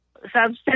substance